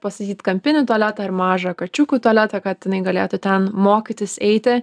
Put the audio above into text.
pastatyt kampinį tualetą ar mažą kačiukų tualetą kad jinai galėtų ten mokytis eiti